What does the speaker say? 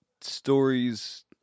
stories